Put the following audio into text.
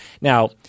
Now